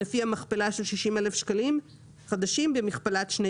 לפי המכפלה של 60,000 שקלים חדשים במכפלת שני